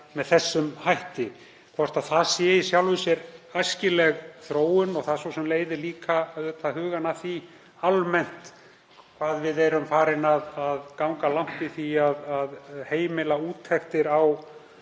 með þessum hætti? Er það í sjálfu sér æskileg þróun? Það leiðir líka hugann að því almennt hvað við erum farin að ganga langt í því að heimila úttektir á